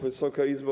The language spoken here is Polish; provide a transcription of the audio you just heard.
Wysoka Izbo!